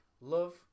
Love